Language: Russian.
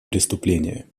преступления